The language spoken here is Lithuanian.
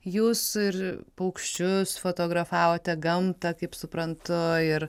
jūs ir paukščius fotografavote gamtą kaip suprantu ir